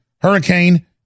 Hurricane